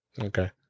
Okay